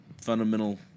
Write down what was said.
fundamental